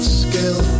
skill